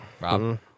Rob